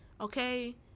okay